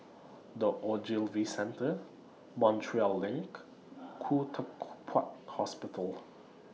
The Ogilvy Centre Montreal LINK and Khoo Teck Puat Hospital